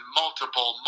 multiple